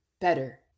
better